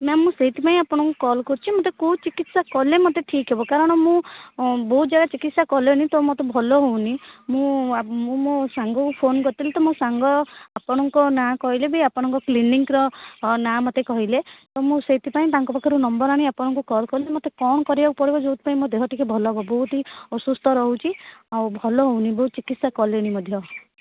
ma'am ମୁଁ ସେଇଥି ପାଇଁ ପାଇଁ ଆପଣଙ୍କୁ କଲ୍ କରୁଛି ମୋତେ କେଉଁ ଚିକିତ୍ସା କଲେ ମୋତେ ଠିକ୍ ହେବ କାରଣ ମୁଁ ବହୁତ ଜାଗା ଚିକିତ୍ସା କଲିଣି ତ ମୋତେ ଭଲ ହେଉନି ମୁଁ ମୁଁ ମୋ ସାଙ୍ଗକୁ ଫୋନ୍ କରିଥିଲି ତ ମୋ ସାଙ୍ଗ ଆପଣଙ୍କ ନାଁ କହିଲା ବି ଆପଣଙ୍କର କ୍ଲିନିକ୍ର ନାଁ ମୋତେ କହିଲେ ତ ମୁଁ ସେଇଥି ପାଇଁ ତାଙ୍କ ପାଖରୁ ନମ୍ବର୍ ଆଣି ଆପଣଙ୍କ କଲ୍ କଲି ମୋତେ କ'ଣ କରିବାକୁ ପଡ଼ିବ ଯେଉଁଥିପାଇଁ ମୋ ଦେହ ଟିକେ ଭଲ ହେବ ବହୁତ ହି ଅସୁସ୍ଥ ରହୁଛି ଆଉ ଭଲ ହେଉନି ବହୁତ ଚିକିତ୍ସା କଲିଣି ମଧ୍ୟ